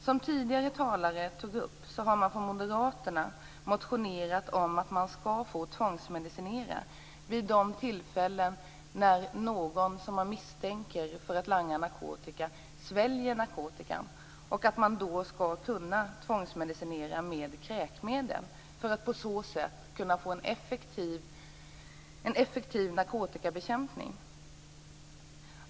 Som tidigare talare tog upp har Moderaterna motionerat om att man skall få tvångsmedicinera vid de tillfällen som någon som man misstänker för att langa narkotika sväljer narkotikan. Man skulle då kunna tvångsmedicinera med kräkmedel för att på så sätt få en effektiv narkotikabekämpning.